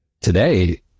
Today